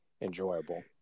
enjoyable